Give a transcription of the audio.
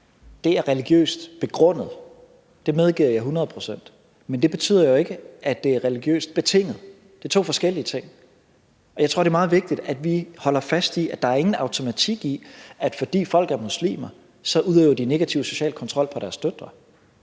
er religiøst begrundet; det medgiver jeg hundrede procent. Men det betyder jo ikke, at det er religiøst betinget. Det er to forskellige ting. Jeg tror, det er meget vigtigt, at vi holder fast i, at der ikke er nogen automatik i, at fordi folk er muslimer, udøver de negativ social kontrol på deres døtre.